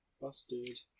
Busted